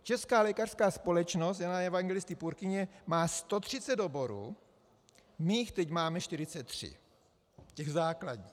Česká lékařská společnost Jana Evangelisty Purkyně má 130 oborů, my jich teď máme 43, těch základních.